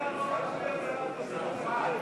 לסעיף 30, המשרד לקליטת העלייה,